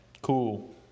Cool